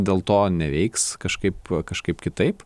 dėl to neveiks kažkaip kažkaip kitaip